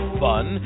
fun